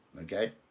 okay